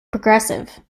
progressive